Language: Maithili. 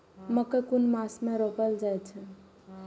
मकेय कुन मास में रोपल जाय छै?